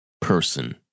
person